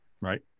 right